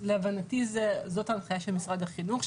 להבנתי זאת ההנחיה של משרד החינוך,